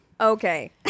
Okay